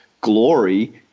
glory